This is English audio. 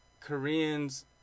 Koreans